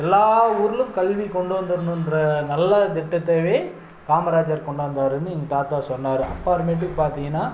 எல்லா ஊர்லேயும் கல்வி கொண்டு வந்துடணும்ன்ற நல்ல திட்டத்தை காமராஜர் கொண்டு வந்தாருனு எங்கள் தாத்தா சொன்னார் அப்புறமேட்டுக்கு பார்த்திங்கன்னா